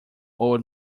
old